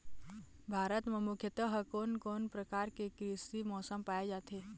भारत म मुख्यतः कोन कौन प्रकार के कृषि मौसम पाए जाथे?